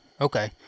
Okay